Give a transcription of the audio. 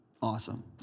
Awesome